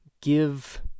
give